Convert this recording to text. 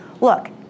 look